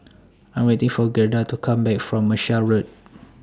I Am waiting For Gerda to Come Back from Marshall Road